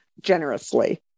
generously